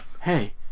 Hey